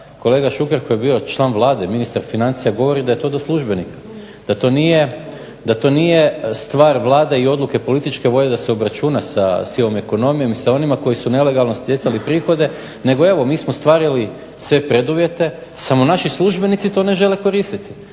kolega Šuker koji je bio član Vlade, ministar financija govori da je to do službenika, da to nije stvar Vlade i odluke, političke volje da se obračuna sa sivom ekonomijom i sa onima koji su nelegalno stjecali prihode. Nego evo mi smo ostvarili sve preduvjete samo naši službenici to ne žele koristiti.